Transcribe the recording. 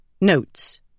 Notes